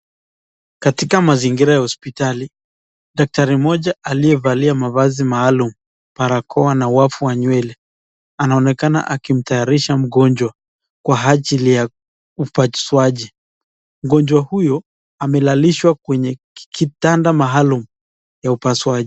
Katika mazingira ya hospitali, daktari mmoja aliyevalia mavazi maalum, barakoa na wavu wa nywele, anaonekana akimtaarisha mgonjwa kwa ajili ya upasuaji. Mgonjwa huyo amelalishwa kwenye kitanda maalum ya upasuaji.